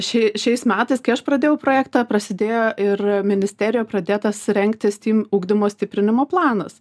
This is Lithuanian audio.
ši šiais metais kai aš pradėjau projektą prasidėjo ir ministerijoje pradėtas rengti stym ugdymo stiprinimo planas